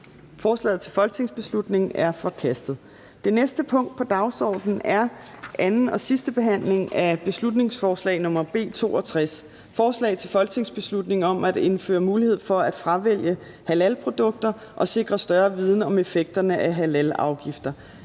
Forslaget til folketingsbeslutning er forkastet. --- Det næste punkt på dagsordenen er: 9) 2. (sidste) behandling af beslutningsforslag nr. B 62: Forslag til folketingsbeslutning om at indføre mulighed for at fravælge halalprodukter og sikre større viden om effekterne af halalafgifter.